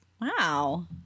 Wow